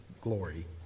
glory